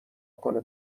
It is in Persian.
کنه